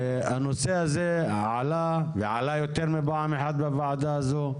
הנושא הזה עלה ועלה יותר מפעם אחת בוועדה הזו.